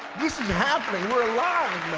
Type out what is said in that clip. this is happening. we're alive,